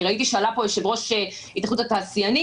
כי ראיתי שעלה פה יושב-ראש התאחדות התעשיינים,